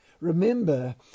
Remember